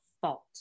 fault